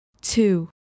two